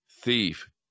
thief